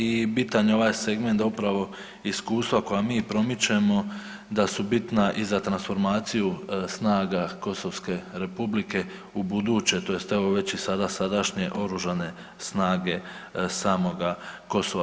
I bitan je ovaj segment da upravo iskustava koja mi promičemo da su bitna i za transformaciju snaga Kosovske Republike ubuduće, tj. evo već i sada sadašnje oružanje snage samoga Kosova.